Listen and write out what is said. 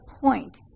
point